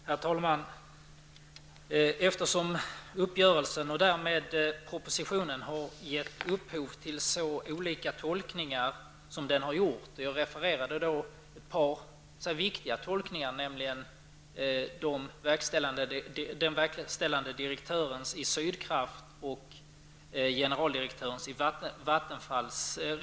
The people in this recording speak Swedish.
Herr talman! Uppgörelsen och därmed propositionen har givit upphov till olika tolkningar. Jag har refererat ett par viktiga tolkningar, nämligen reaktioner på propositionen från den verkställande direktören i Sydkraft och generaldirektören i Vattenfall.